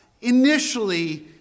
initially